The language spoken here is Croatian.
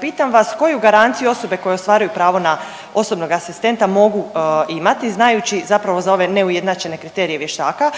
pitam vas koju garanciju osobe koje ostvaruju pravo na osobnog asistenta mogu imati znajući zapravo za ove neujednačene kriterije vještaka?